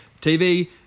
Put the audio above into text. TV